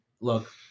look